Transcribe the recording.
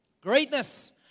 Greatness